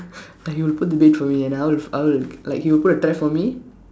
like he will put the bait for me and I'll I'll like he will put a trap for me